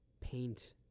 paint